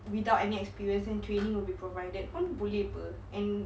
without any experiences in training will be provided kan boleh [pe] and